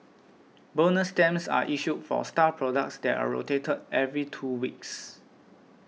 bonus stamps are issued for star products that are rotated every two weeks